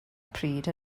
pryd